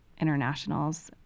internationals